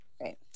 right